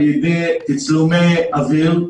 על ידי תצלומי אוויר,